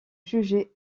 juger